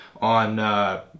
on